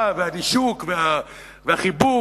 מפגשי הקרבה והנישוק והחיבוק.